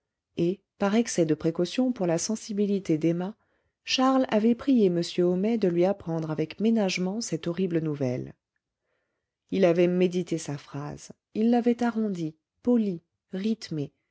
et par excès de précaution pour la sensibilité d'emma charles avait prié m homais de lui apprendre avec ménagement cette horrible nouvelle il avait médité sa phrase il l'avait arrondie polie rythmée